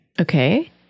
Okay